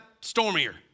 stormier